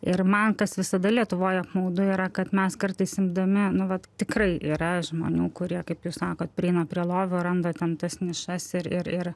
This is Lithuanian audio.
ir man kas visada lietuvoj apmaudu yra kad mes kartais imdami nu vat tikrai yra žmonių kurie kaip jūs sakot prieina prie lovio randa ten tas nišas ir ir ir